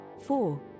four